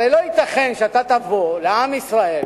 הרי לא ייתכן שאתה תבוא לעם ישראל